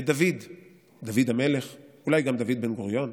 ודוד המלך, אולי גם דוד בן-גוריון,